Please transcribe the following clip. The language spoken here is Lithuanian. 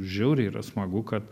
žiauriai yra smagu kad